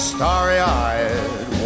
Starry-eyed